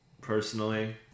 personally